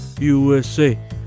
USA